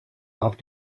auch